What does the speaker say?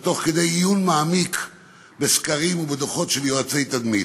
ותוך כדי עיון מעמיק בסקרים ובדוחות של יועצי תדמית,